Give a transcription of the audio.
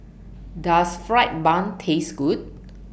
Does Fried Bun Taste Good